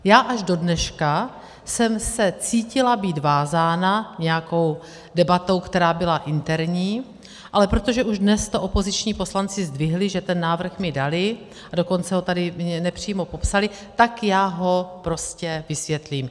Já až dodneška jsem se cítila být vázána nějakou debatou, která byla interní, ale protože už dnes to opoziční poslanci zdvihli, že ten návrh mi dali, a dokonce ho tady nepřímo popsali, tak já ho prostě vysvětlím.